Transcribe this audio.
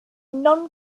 non